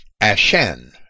ashen